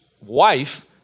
wife